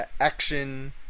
action